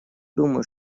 думаю